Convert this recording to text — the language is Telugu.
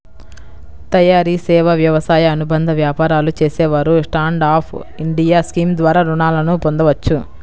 తయారీ, సేవా, వ్యవసాయ అనుబంధ వ్యాపారాలు చేసేవారు స్టాండ్ అప్ ఇండియా స్కీమ్ ద్వారా రుణాలను పొందవచ్చు